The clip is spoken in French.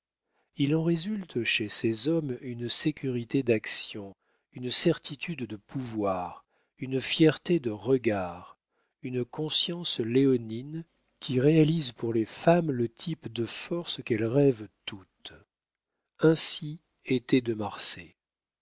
il en résulte chez ces hommes une sécurité d'action une certitude de pouvoir une fierté de regard une conscience léonine qui réalise pour les femmes le type de force qu'elles rêvent toutes ainsi était de